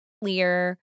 clear